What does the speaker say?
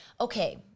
Okay